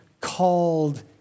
called